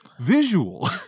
visual